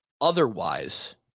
otherwise